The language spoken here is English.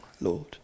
Lord